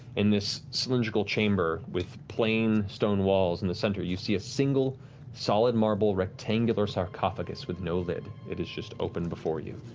in this cylindrical chamber with plain stone walls in the center, you see a single solid marble rectangular sarcophagus with no lid. it is open before you.